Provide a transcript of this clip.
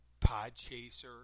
Podchaser